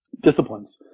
disciplines